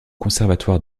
conservatoire